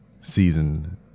season